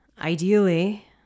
ideally